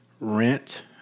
Rent